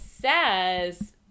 says